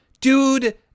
Dude